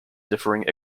differing